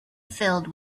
filled